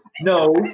No